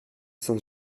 saint